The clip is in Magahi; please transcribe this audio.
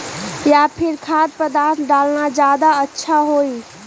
या फिर खाद्य पदार्थ डालना ज्यादा अच्छा होई?